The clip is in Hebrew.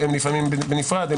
לפעמים בנפרד,